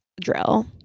drill